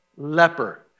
leper